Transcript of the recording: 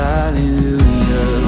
Hallelujah